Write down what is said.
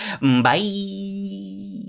Bye